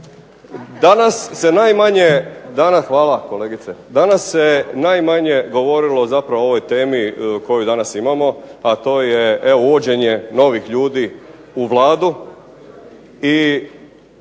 danas se najmanje govorilo zapravo o ovoj temi koju danas imamo a to je evo uvođenje novih ljudi u Vladu